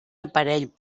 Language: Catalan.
aparell